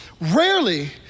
rarely